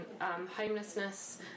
homelessness